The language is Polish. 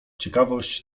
ciekawość